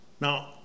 Now